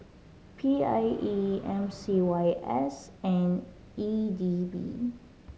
P I E M C Y S and E D B